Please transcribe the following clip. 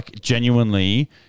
genuinely